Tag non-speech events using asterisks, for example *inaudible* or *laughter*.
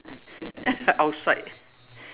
*laughs* outside